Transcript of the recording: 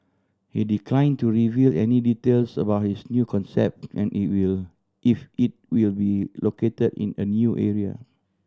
he decline to reveal any details about his new concept and if will if it will be located in a new area